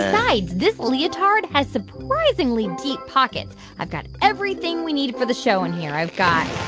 besides, this leotard has surprisingly deep pockets. i've got everything we need for the show in here. i've got